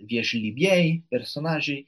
viežlybieji personažai